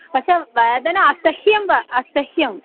वस् वेदना असह्या ब असह्या